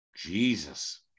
Jesus